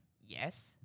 Yes